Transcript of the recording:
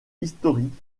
historique